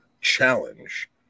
Challenge